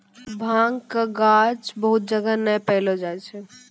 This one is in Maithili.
भांगक गाछ बहुत जगह नै पैलो जाय छै